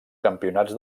campionats